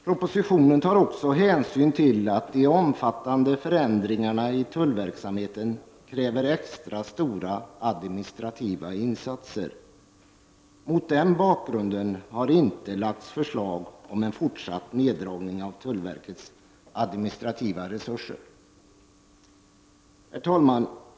Propositionen tar också hänsyn till att de omfattande förändringarna i tullverksamheten kräver extra stora administrativa insatser. Mot den bakgrunden har det inte lagts fram förslag om en fortsatt neddragning av tullverkets administrativa resurser. Herr talman!